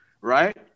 right